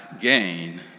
gain